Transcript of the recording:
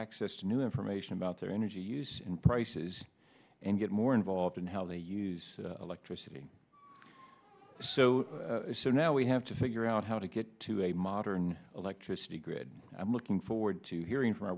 access to new information about their energy use in prices and get more involved in how they use electricity so so now we have to figure out how to get to a modern electricity grid i'm looking forward to hearing from our